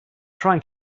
trying